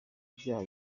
ibyaha